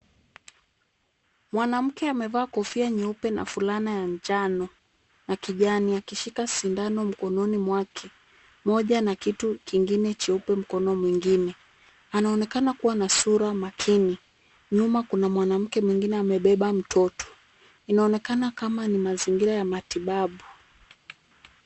Mwanamke amevaa kofia nyeupe na fulana ya njano na kijani akishika sindano mkononi mwake moja na kitu kingine cheupe mkono mwingine. Anaonekana kuwa na sura makini. Nyuma kuna mwanamke mwingine amebeba mtoto. Inaonekana kama ni mazingira ya matibabu.